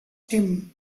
him